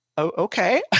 Okay